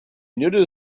nudism